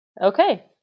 Okay